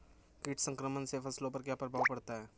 कीट संक्रमण से फसलों पर क्या प्रभाव पड़ता है?